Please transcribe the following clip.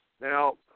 Now